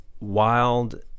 wild